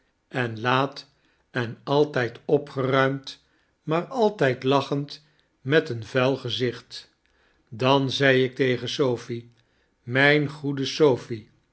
en laat en altyd opgeruimd maar altyd lachend met een vuil gezicht dan zei ik tegen sophie myne goede sophie